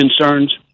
concerns